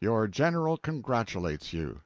your general congratulates you!